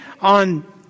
on